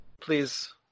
please